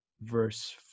verse